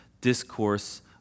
discourse